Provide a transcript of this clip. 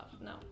No